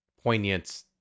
poignant